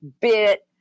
bit